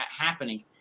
happening